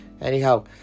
Anyhow